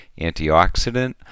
antioxidant